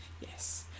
Yes